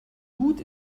gut